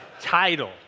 title